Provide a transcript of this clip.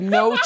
no